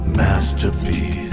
masterpiece